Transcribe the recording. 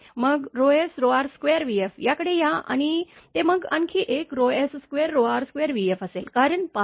मग sr2vf याकडे या आणि ते मग आणखी एक s2r2vf असेल कारण 5